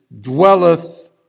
dwelleth